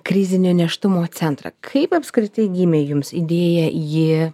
krizinio nėštumo centrą kaip apskritai gimė jums idėją jį